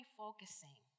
focusing